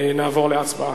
נעבור להצבעה.